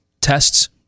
tests